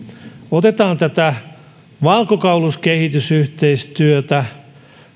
otetaan tätä valkokauluskehitysyhteistyötä